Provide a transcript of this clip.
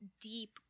deep